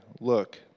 Look